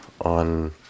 on